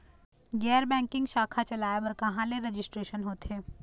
गैर बैंकिंग शाखा चलाए बर कहां ले रजिस्ट्रेशन होथे?